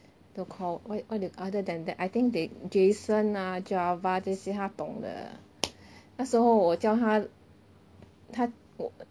都 called what what do other than that I think they jason ah Java 这些他懂的那时候我叫他他